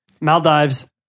Maldives